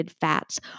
fats